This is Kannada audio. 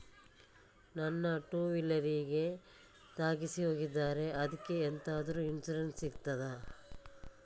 ನನ್ನ ಟೂವೀಲರ್ ಗೆ ತಾಗಿಸಿ ಹೋಗಿದ್ದಾರೆ ಅದ್ಕೆ ಎಂತಾದ್ರು ಇನ್ಸೂರೆನ್ಸ್ ಸಿಗ್ತದ?